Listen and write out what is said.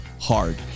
hard